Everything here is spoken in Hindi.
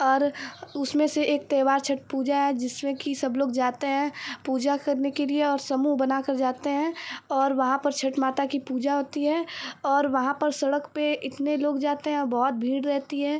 और उसमें से एक त्योहार छठ पूजा है जिसमें कि सब लोग जाते हैं पूजा करने के लिए और समूह बनाकर जाते हैं और वहाँ पर छठ माता की पूजा होती है और वहाँ पर सड़क पर इतने लोग जाते हैं यहाँ बहुत भीड़ रहती है